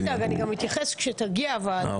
אל תדאג, אני גם אתייחס כשתגיע הוועדה.